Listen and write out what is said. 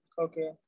Okay